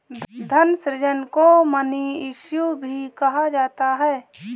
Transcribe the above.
धन सृजन को मनी इश्यू भी कहा जाता है